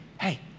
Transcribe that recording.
hey